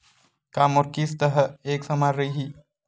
का मोर किस्त ह एक समान रही?